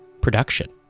production